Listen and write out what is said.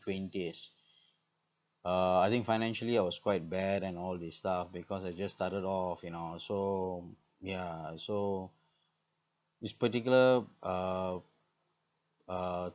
twenties uh I think financially I was quite bad and all this stuff because I just started off you know so yeah so this particular uh uh